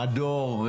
מדור,